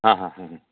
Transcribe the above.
ହଁ ହଁ ହଁ ହଁ